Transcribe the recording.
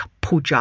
Puja